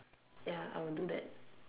ya I will do that